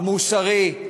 המוסרי,